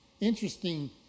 Interesting